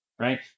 right